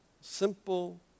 simple